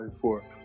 four